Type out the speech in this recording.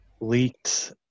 leaked